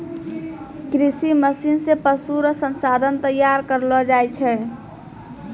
कृषि मशीन से पशु रो संसाधन तैयार करलो जाय छै